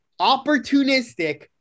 opportunistic